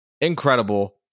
Incredible